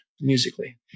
musically